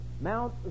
mount